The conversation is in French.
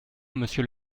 monsieur